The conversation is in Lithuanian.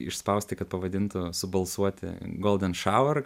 išspausti kad pavadintų subalsuoti golden shower